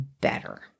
better